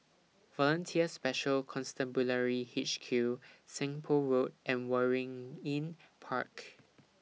Volunteer Special Constabulary H Q Seng Poh Road and Waringin Park